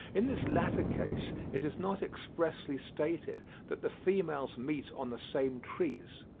in this latter case it is not expressly stated that the females meet on the same trees,